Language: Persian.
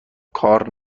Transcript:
کار